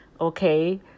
okay